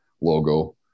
logo